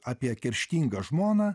apie kerštingą žmoną